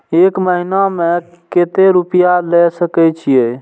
एक महीना में केते रूपया ले सके छिए?